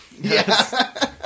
Yes